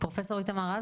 פרופסור איתמר רז